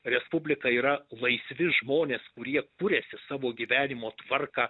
respublika yra laisvi žmonės kurie kuriasi savo gyvenimo tvarką